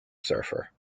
surfer